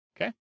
Okay